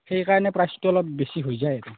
সেই কাৰণে প্ৰাইজটো অলপ বেছি হৈ যায় আৰু